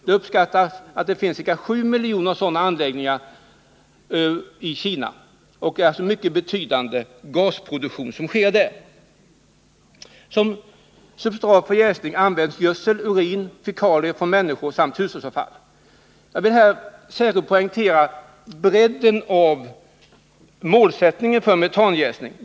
Det uppskattas att ca 7 miljoner sådana anläggningar finns i drift f.n. i Kina med en betydande metanproduktion. Som substrat för jäsningen används gödsel, urin och fekalier från människor samt hushållsavfall. Jag vill här särskilt poängtera bredden av den målsättning för metanjäsning som finns.